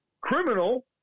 criminal